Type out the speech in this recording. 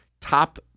top